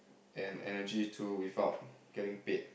and energy to without getting paid